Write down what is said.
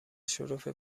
شرف